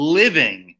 living